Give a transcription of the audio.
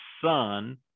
son